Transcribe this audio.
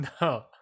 No